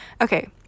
okay